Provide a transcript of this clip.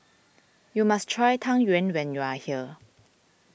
you must try Tang Yuen when you are here